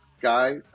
guy